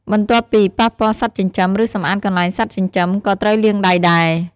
បន្ទាប់ពី ប៉ះពាល់សត្វចិញ្ចឹម ឬសំអាតកន្លែងសត្វចិញ្ចឹម ក៏ត្រូវលាងដៃដែរ។